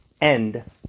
end